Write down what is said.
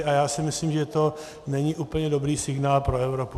A já si myslím, že to není úplně dobrý signál pro Evropu.